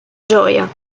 gioia